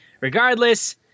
Regardless